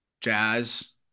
Jazz